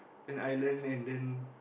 then I learn and then